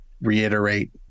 reiterate